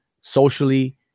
socially